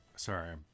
sorry